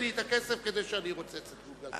לי את הכסף כדי שאני ארוצץ את גולגולתך.